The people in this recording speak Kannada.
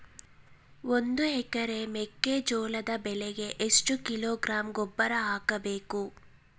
ಒಂದು ಎಕರೆ ಮೆಕ್ಕೆಜೋಳದ ಬೆಳೆಗೆ ಎಷ್ಟು ಕಿಲೋಗ್ರಾಂ ಗೊಬ್ಬರ ಹಾಕಬೇಕು?